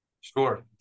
Sure